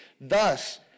Thus